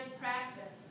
practice